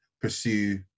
pursue